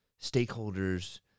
stakeholders